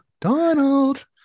Donald